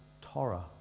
Torah